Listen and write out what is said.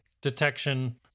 detection